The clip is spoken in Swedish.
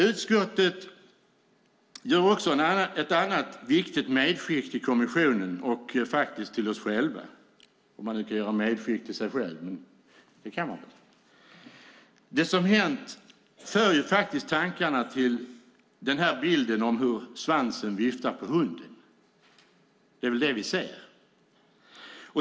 Utskottet gör också ett annat viktigt medskick till kommissionen, och till oss själva - om man nu kan göra medskick till sig själv, men det kan man väl. Det som hänt för ju tankarna till bilden om hur svansen viftar på hunden. Det är väl det vi ser.